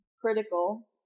critical